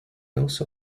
also